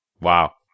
Wow